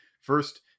First